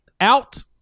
out